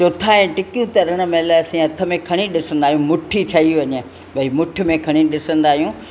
चोथा ऐं टिकियूं तरण मेल असां हथ में खणी ॾिसंदा आहियूं मुठी ठई वञे भई मुठि में खणी ॾिसंदा आहियूं